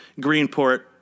Greenport